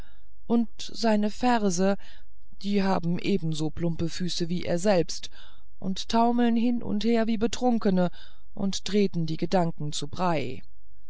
und seine verse die haben ebensolche plumpe füße wie er selbst und taumeln hin und her wie betrunkene und treten die gedanken zu brei